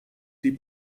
die